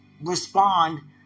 respond